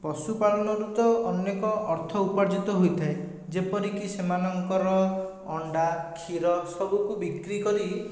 ପଶୁପାଳନରୁ ତ ଅନେକ ଅର୍ଥ ଉପାର୍ଜିତ ହୋଇଥାଏ ଯେପରିକି ସେମାନଙ୍କର ଅଣ୍ଡା କ୍ଷୀର ସବୁକୁ ବିକ୍ରି କରି